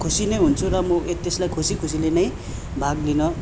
खुसी नै हुन्छु र म त्यसलाई खुसी खुसीले नै भाग लिन